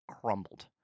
crumbled